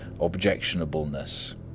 objectionableness